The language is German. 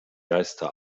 geiste